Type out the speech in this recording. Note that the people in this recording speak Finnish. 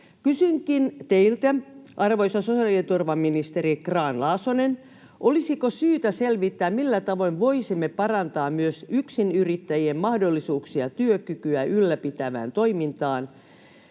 Kysynkin teiltä, arvoisa sosiaaliturvaministeri Grahn-Laasonen: olisiko syytä selvittää, millä tavoin voisimme parantaa myös yksinyrittäjien mahdollisuuksia työkykyä ylläpitävään toimintaan?